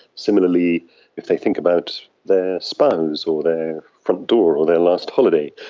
similarly if they think about their spouse or their front door or their last holiday,